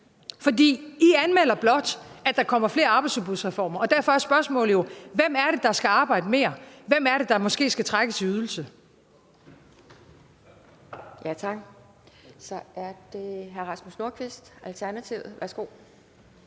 for I anmelder blot, at der kommer flere arbejdsudbudsreformer. Derfor er spørgsmålet: Hvem er det, der skal arbejde mere? Hvem er det, der måske skal trækkes i ydelse? Kl. 10:26 Formanden (Pia Kjærsgaard): Tak. Så er det hr. Rasmus Nordqvist, Alternativet. Værsgo.